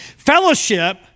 Fellowship